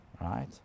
right